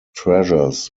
treasures